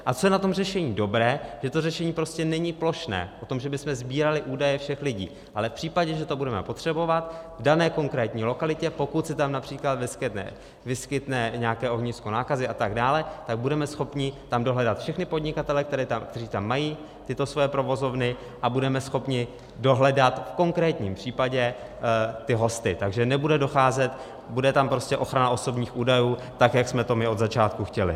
A co je na tom řešení dobré, že to řešení prostě není plošné, o tom, že bychom sbírali údaje všech lidí, ale v případě, že to budeme potřebovat v dané konkrétní lokalitě, pokud se tam například vyskytne nějaké ohnisko nákazy a tak dále, tak budeme schopni tam dohledat všechny podnikatele, kteří tam mají tyto své provozovny, a budeme schopni dohledat v konkrétním případě ty hosty, takže bude tam prostě ochrana osobních údajů, tak jak jsme to my od začátku chtěli.